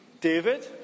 David